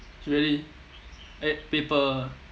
really uh paper